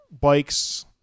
bikes